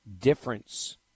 difference